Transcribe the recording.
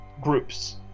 groups